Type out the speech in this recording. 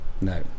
No